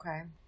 Okay